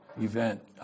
event